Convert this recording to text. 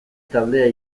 talde